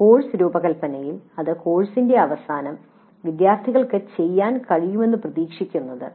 course രൂപകൽപ്പനയിൽ അത് കോഴ്സിന്റെ അവസാനം "വിദ്യാർത്ഥികൾക്ക് ചെയ്യാൻ കഴിയുമെന്ന് പ്രതീക്ഷിക്കുന്നത്